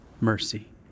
Mercy